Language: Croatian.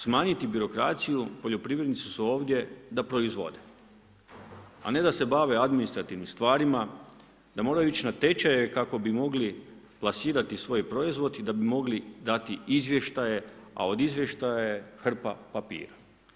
Smanjiti birokraciju, poljoprivrednici su ovdje da proizvode, a ne da se bave administrativnim stvarima, da moraju ići na tečaje kako bi mogli plasirati svoj proizvod i da bi mogli dati izvještaje, a od izvještaja je hrpa papira.